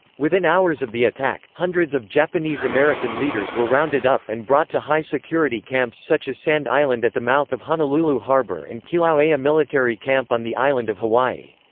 within hours of the attack, hundreds of japanese american leaders were rounded up and brought to high-security camps such as sand island at the mouth of honolulu harbor and kilauea military camp on the island of hawaii.